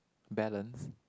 balance